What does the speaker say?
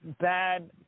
bad